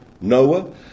Noah